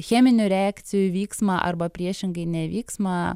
cheminių reakcijų vyksmą arba priešingai nevyksmą